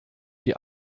die